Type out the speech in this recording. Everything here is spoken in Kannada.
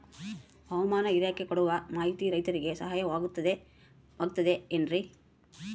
ಹವಮಾನ ಇಲಾಖೆ ಕೊಡುವ ಮಾಹಿತಿ ರೈತರಿಗೆ ಸಹಾಯವಾಗುತ್ತದೆ ಏನ್ರಿ?